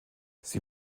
sie